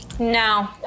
No